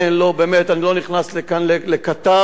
אני לא נכנס כאן לא לכתב ולא לעיתון.